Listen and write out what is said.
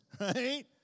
right